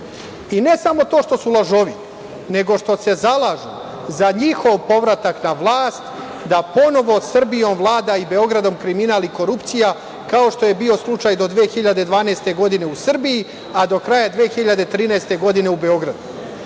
ne samo to što su lažovi, nego što se zalažu za njihov povratak na vlast, da ponovo Srbijom i Beogradom vlada kriminal i korupcija, kao što je bio slučaj do 2012. godine u Srbiji, a do kraja 2013. godine u Beogradu.